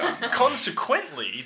Consequently